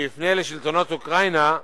שיפנה לשלטונות אוקראינה,